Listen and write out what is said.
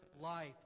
life